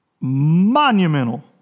Monumental